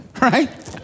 Right